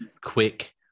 quick